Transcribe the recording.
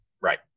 Right